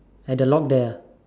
at the log there ah